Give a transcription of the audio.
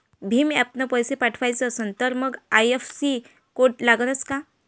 भीम ॲपनं पैसे पाठवायचा असन तर मंग आय.एफ.एस.सी कोड लागनच काय?